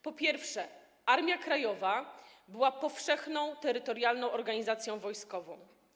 Po pierwsze, Armia Krajowa była powszechną terytorialną organizacją wojskową.